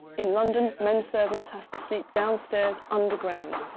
in london, men servants have to sleep downstairs underground,